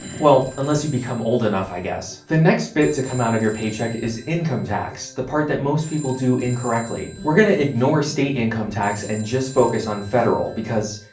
well unless you become old enough, i guess. the next bit to come out of your paycheck is income tax, the part that most people do incorrectly. we're going to ignore state income tax and just focus on federal, because,